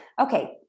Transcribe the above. Okay